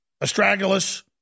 Astragalus